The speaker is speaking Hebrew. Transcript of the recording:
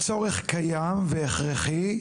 הצורך קיים והכרחי,